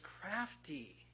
crafty